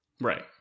Right